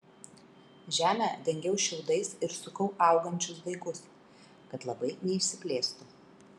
žemę dengiau šiaudais ir sukau augančius daigus kad labai neišsiplėstų